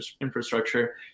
infrastructure